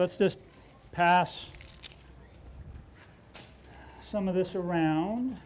let's just pass some of this around